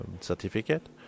certificate